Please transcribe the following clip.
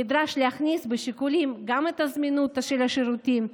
נדרש להכניס בשיקולים גם את זמינות השירותים,